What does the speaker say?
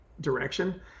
direction